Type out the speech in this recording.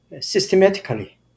systematically